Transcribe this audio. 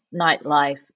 nightlife